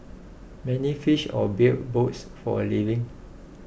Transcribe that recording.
many fished or built boats for a living